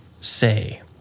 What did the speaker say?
say